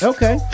Okay